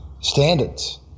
standards